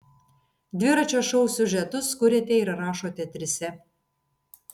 dviračio šou siužetus kuriate ir rašote trise